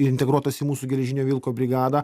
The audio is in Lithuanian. integruotas į mūsų geležinio vilko brigadą